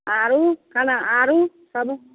आर ओ खाना आर ओ